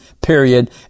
period